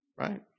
right